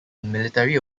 military